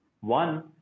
One